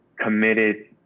committed